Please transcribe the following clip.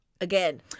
again